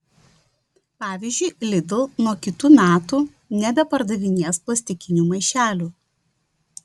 pavyzdžiui lidl nuo kitų metų nebepardavinės plastikinių maišelių